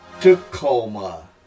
Tacoma